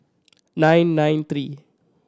nine nine three